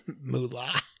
moolah